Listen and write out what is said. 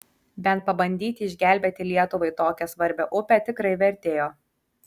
bent pabandyti išgelbėti lietuvai tokią svarbią upę tikrai vertėjo